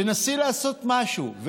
תנסי לעשות משהו,